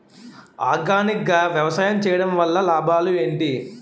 Organic గా వ్యవసాయం చేయడం వల్ల లాభాలు ఏంటి?